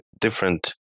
different